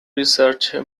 research